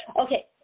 okay